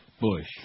Bush